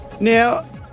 Now